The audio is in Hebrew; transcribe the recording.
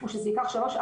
שזה ייקח שלוש,